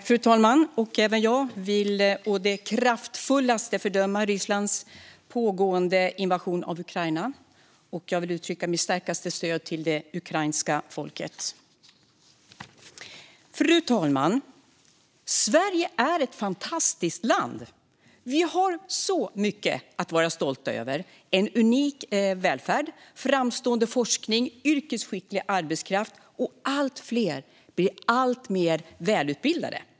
Fru talman! Även jag vill å det kraftfullaste fördöma Rysslands pågående invasion av Ukraina, och jag vill uttrycka mitt starkaste stöd till det ukrainska folket. Fru talman! Sverige är ett fantastiskt land. Vi har mycket att vara stolta över; en unik välfärd, framstående forskning, yrkesskicklig arbetskraft - och allt fler blir alltmer välutbildade.